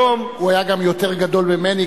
הוא היה גם יותר גדול ממני,